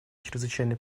чрезвычайной